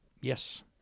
Yes